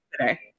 today